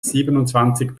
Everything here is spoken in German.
siebenundzwanzig